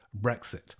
Brexit